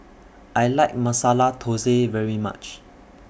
I like Masala Thosai very much